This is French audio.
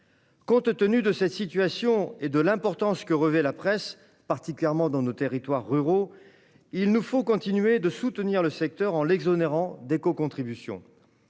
Compte tenu de cette situation et de l'importance que revêt la presse, particulièrement dans nos territoires ruraux, il nous faut continuer de soutenir le secteur en l'exonérant d'écocontribution.